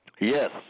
Yes